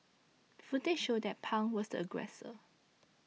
footage showed that Pang was the aggressor